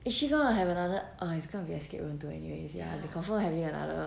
is she gonna have another uh it's gonna be escape room two anyway ya they confirm having another